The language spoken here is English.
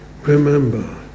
remember